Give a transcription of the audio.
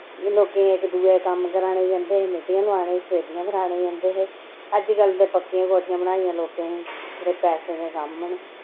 इ'यां लोकें गी इक दूऐ दे कम्म कराने गी जंदे हे मित्तियां लोआनै गी सफेदियां करानै गी जंदे हे अजकल ते पक्कियां कोठियां बनाइयां लोकें छड़े पैसे दे कम न